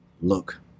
Look